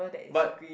but